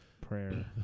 Prayer